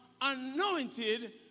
anointed